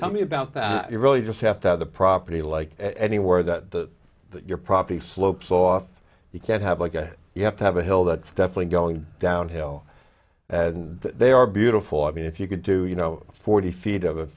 tell me about that you really just have to have the property like anywhere that your property slopes off you can't have like you have to have a hill that's definitely going down hill and they are beautiful i mean if you could do you know forty feet of a